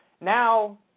Now